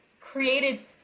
created